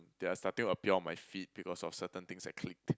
they are starting to appear on my feed because of certain things I clicked